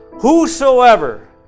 Whosoever